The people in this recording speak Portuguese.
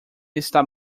está